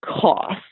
cost